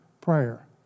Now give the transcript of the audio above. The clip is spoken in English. prayer